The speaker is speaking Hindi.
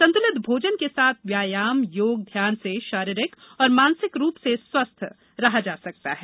संतलित भोंजन के साथ व्यायाम योग ध्यान से शारीरिक और मानसिक रूप से स्वस्थ रहा जा सकता हैं